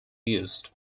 used